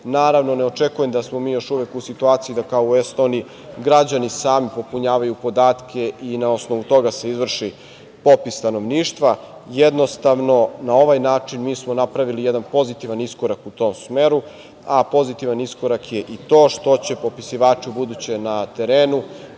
Naravno ne dočekujem da smo mi još uvek u situaciji da, kao u Estoniji građani sami popunjavaju podatke i na osnovu toga se izvrši popis stanovništva, jednostavno na ovaj način mi smo napravili jedan pozitivan iskorak u tom smeru, a pozitivan iskorak je i to što će popisivači, u buduće na terenu,